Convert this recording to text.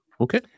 Okay